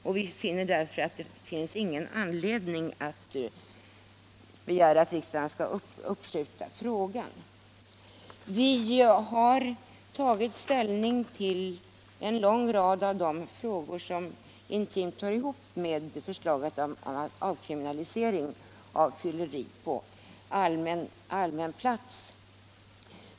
Vi har därför funnit att det inte finns någon anledning att uppskjuta behandlingen av frågan. Vi har tagit ställning till en lång rad frågor som intimt hör samman med förslaget om en avkriminalisering av fylleri på allmän plats.